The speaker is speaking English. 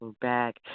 back